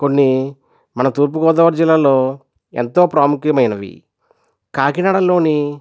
కొన్ని మన తూర్పుగోదావరి జిల్లాలో ఎంతో ప్రాముఖ్యమైనవి కాకినాడలోని